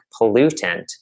pollutant